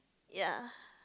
ya